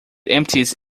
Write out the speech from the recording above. empties